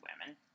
women